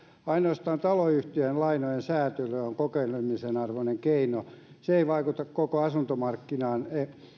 ainoastaan taloyhtiön lainojen säätely on kokeilemisen arvoinen keino se ei vaikuta koko asuntomarkkinaan